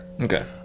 Okay